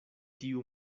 tiu